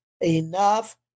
enough